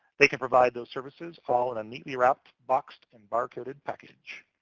they can provide those services all in a neatly wrapped, boxed, and bar-coded package.